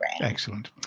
Excellent